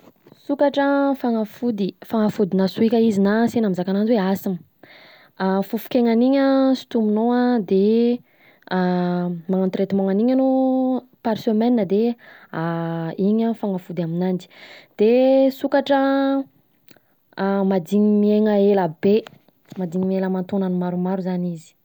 Sokatra an fagnafody, fagnafodina sohika izy na ansegna mizaka ananjy hoe asthme, an fofok’aianany iny an sontominao an de an magnano traitment an’iny anao par semaine de, iny an fagnafody aminanjy, de sokatra an madigny miaina elabe, madigny miaina aman-taonany maromaro zany izy.